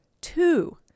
two